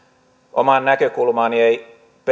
omaan näkökulmaani ei